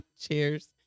Cheers